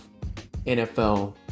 NFL